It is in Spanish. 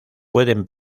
pueden